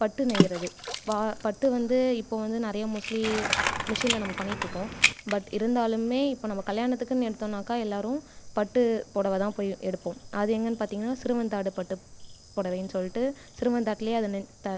பட்டு நெய்யுறது பா பட்டு வந்து இப்போ வந்து நிறையா மோஸ்ட்லி மெஷனில் நம்ம பண்ணிட்டுடிருக்கோம் பட் இருந்தாலுமே இப்போ நம்ப கல்யாணத்துக்குன்னு எடுத்தோனாக்கா எல்லாரும் பட்டு புடவதான் போய் எடுப்போம் அது எங்கேன்னு பார்த்தீங்கன்னா சிறுவன்தாடு பட்டு புடவைனு சொல்லிட்டு சிறுவன்தாட்டுலையே அது த